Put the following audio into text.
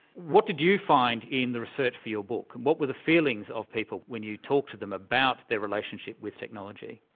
what did you find in the research for your book? what were the feelings of people when you talked to them about their relationship with technology?